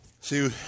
See